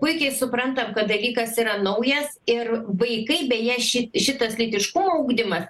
puikiai suprantam kad dalykas yra naujas ir vaikai beje ši šitas lytiškumo ugdymas